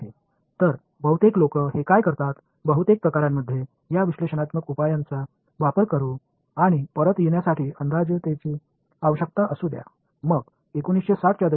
எனவே பெரும்பாலான மக்கள் பெரும்பாலான சந்தர்ப்பங்களில் இந்த பகுப்பாய்வு தீர்வுகளைப் பயன்படுத்தி திரும்பப் பெற தேவையான இடங்களில் தோராயங்களை உருவாக்குகின்றனர்